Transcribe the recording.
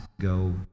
go